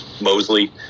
Mosley